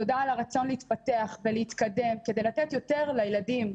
תודה על הרצון להתפתח ולהתקדם כדי לתת יותר לילדים.